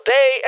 Day